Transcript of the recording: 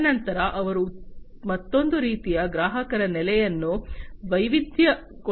ತದನಂತರ ಅವರು ಮತ್ತೊಂದು ರೀತಿಯ ಗ್ರಾಹಕರ ನೆಲೆಯನ್ನು ವೈವಿಧ್ಯಗೊಳಿಸಲು ಬಯಸುತ್ತಾರೆ